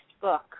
book